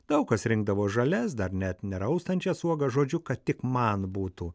daug kas rinkdavo žalias dar net ne raustančias uogas žodžiu kad tik man būtų